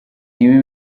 ibi